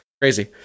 Crazy